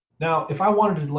now if i wanted and like